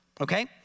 okay